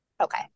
okay